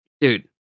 Dude